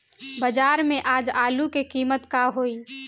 बाजार में आज आलू के कीमत का होई?